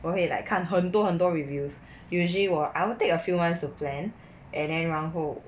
我会 like 看很多很多 reviews usually 我 I will take a few months to plan and then 然后